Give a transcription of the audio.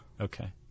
Okay